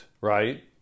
right